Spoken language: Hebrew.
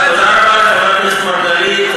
תודה רבה לחבר הכנסת מרגלית,